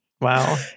Wow